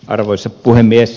arvoisa puhemies